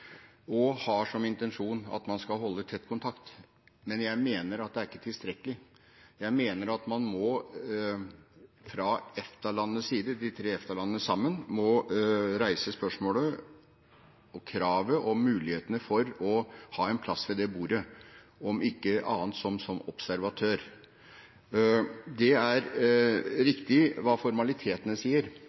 og har som intensjon at man skal holde tett kontakt. Men jeg mener at det ikke er tilstrekkelig. Jeg mener at man må fra EFTA-landenes side – de tre EFTA-landene sammen – reise spørsmålet, kravet og mulighetene for å ha en plass ved det bordet, om ikke annet så som observatør. Det er riktig hva formalitetene sier,